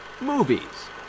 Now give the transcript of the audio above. movies